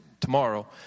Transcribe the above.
tomorrow